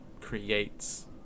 creates